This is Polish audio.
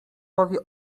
powie